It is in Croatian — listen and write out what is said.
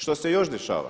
Što se još dešava?